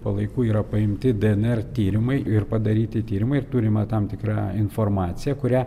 palaikų yra paimti dnr tyrimai ir padaryti tyrimai ir turima tam tikra informacija kurią